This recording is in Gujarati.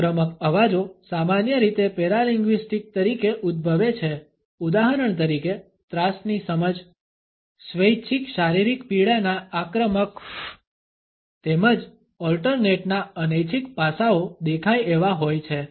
આક્રમક અવાજો સામાન્ય રીતે પેરાલિંગ્વીસ્ટિક તરીકે ઉદ્ભવે છે ઉદાહરણ તરીકે ત્રાસની સમજ સ્વૈચ્છિક શારીરિક પીડાના આક્રમક ફફફ તેમજ ઓલ્ટરનેટના અનૈચ્છિક પાસાઓ દેખાય એવા હોય છે